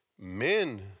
Men